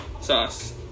sauce